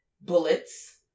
bullets